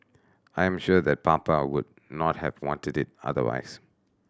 I am sure that Papa would not have wanted it otherwise